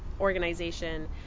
organization